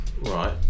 Right